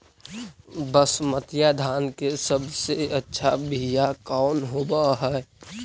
बसमतिया धान के सबसे अच्छा बीया कौन हौब हैं?